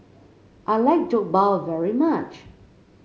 I like Jokbal very much